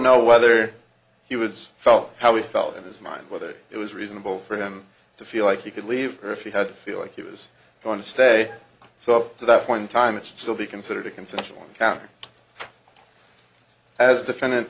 know whether he was felt how he felt in his mind whether it was reasonable for him to feel like he could leave or if he had to feel like he was going to say so up to that point in time it should still be considered a consensual encounter as defendant